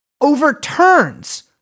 overturns